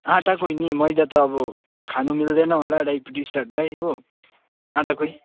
आटाको नि मैदा त अब खानु मिल्दैन होला डायबेटिजहरूलाई हो आटाकै